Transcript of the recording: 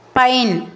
pine